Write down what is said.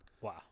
Wow